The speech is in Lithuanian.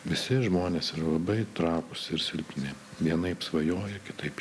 visi žmonės yra labai trapūs ir silpni vienaip svajoja kitaip